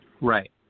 Right